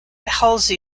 halsey